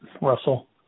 Russell